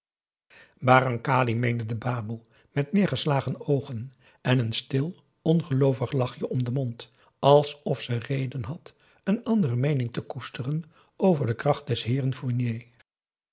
de baboe met neergeslagen oogen en een stil ongeloovig lachje om den mond alsof ze reden had een andere meening te koesteren over de kracht des heeren fournier